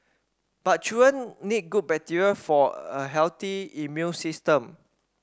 but children need good bacteria for a healthy immune system